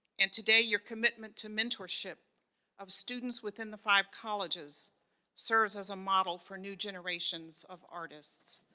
and today your commitment to mentorship of students within the five-colleges serves as a model for new generations of artists.